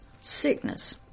sickness